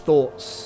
Thoughts